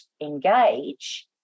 engage